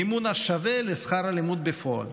מימון השווה לשכר הלימוד בפועל.